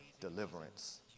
deliverance